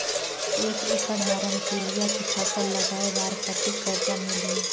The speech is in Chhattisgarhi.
एक एकड़ मा रमकेलिया के फसल लगाय बार कतेक कर्जा मिलही?